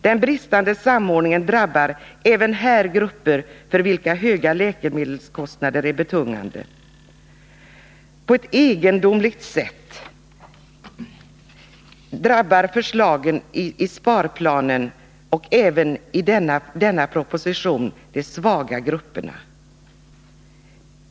Den bristande samordningen drabbar även här grupper för vilka höga läkemedelskostnader är betungande. På ett egendomligt sätt drabbar förslagen i sparplanen och även i denna proposition de svaga grupperna.